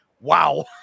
wow